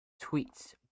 tweets